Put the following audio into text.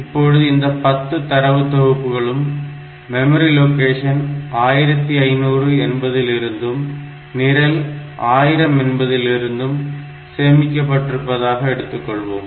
இப்போது இந்த 10 தரவு தொகுப்புகளும் மெமரி லொகேஷன் 1500 என்பதிலிருந்தும் நிரல் 1000 என்பதிலிருந்தும் சேமிக்கப்பட்டிருப்பதாக எடுத்துக்கொள்வோம்